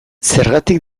zergatik